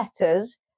letters